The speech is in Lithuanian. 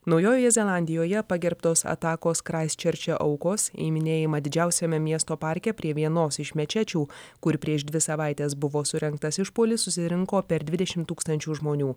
naujojoje zelandijoje pagerbtos atakos kraisčerče aukos į minėjimą didžiausiame miesto parke prie vienos iš mečečių kur prieš dvi savaites buvo surengtas išpuolis susirinko per dvidešim tūkstančių žmonių